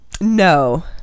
no